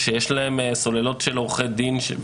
שיש להם סוללות של עורכי דין.